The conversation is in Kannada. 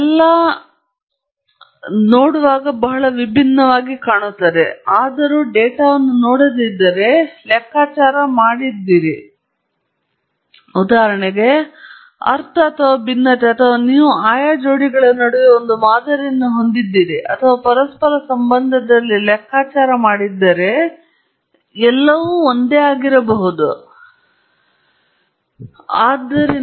ಅವರು ಎಲ್ಲಾ ದೃಷ್ಟಿಗೆ ಬಹಳ ಭಿನ್ನವಾಗಿ ಕಾಣುತ್ತಾರೆ ಆದಾಗ್ಯೂ ನೀವು ಡೇಟಾವನ್ನು ನೋಡದೆ ಇದ್ದರೆ ಮತ್ತು ನೀವು ಲೆಕ್ಕಾಚಾರ ಮಾಡಿದ್ದೀರಿ ಉದಾಹರಣೆಗೆ ಅರ್ಥ ಅಥವಾ ಭಿನ್ನತೆ ಅಥವಾ ನೀವು ಆಯಾ ಜೋಡಿಗಳ ನಡುವೆ ಒಂದು ಮಾದರಿಯನ್ನು ಹೊಂದಿದ್ದೀರಿ ಅಥವಾ ಪರಸ್ಪರ ಸಂಬಂಧದಲ್ಲಿ ಲೆಕ್ಕಾಚಾರ ಮಾಡಿದ್ದರೆ ಅವರು ಎಲ್ಲಾ ಒಂದೇ ಆಗಿರಬಹುದು ಅವರು ಒಂದೇ ಆಗಿರಬಹುದು